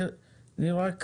נירה,